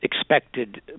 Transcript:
expected